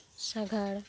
ᱥᱟᱜᱟᱲ